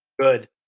Good